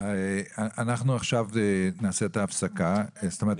אנחנו נסגור את הישיבה.